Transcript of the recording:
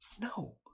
No